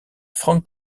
frank